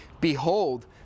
Behold